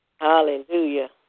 Hallelujah